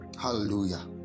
hallelujah